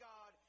God